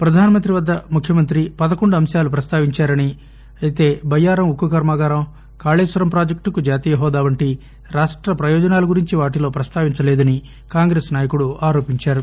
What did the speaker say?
ప్రధానమంత్రి వద్ద ముఖ్యమంత్రి పదకొండు అంశాలు ప్రస్తావించారని బయ్యారం ఉక్కు కర్మాగారం కాళేశ్వరం ప్రాజెక్టుకు జాతీయ హోదా వంటి రాష్ట ప్రయోజనాలు గురించి ప్రస్తావించలేదని కాంగ్రెస్ నాయకుడు ఆరోపించారు